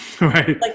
Right